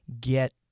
get